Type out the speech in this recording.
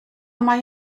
mae